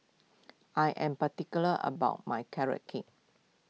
I am particular about my Carrot Cake